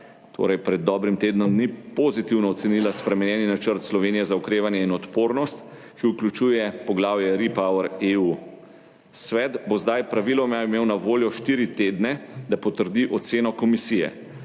torej pred dobrim tednom dni, pozitivno ocenila spremenjeni načrt Slovenije za okrevanje in odpornost, ki vključuje poglavje REPowerEU. Svet bo zdaj praviloma imel na voljo štiri tedne, da potrdi oceno komisije.